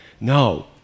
No